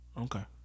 Okay